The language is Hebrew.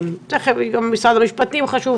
כלומר תהליך שהחל ולא הסתיים רק בפתיחת